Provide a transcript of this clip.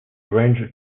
range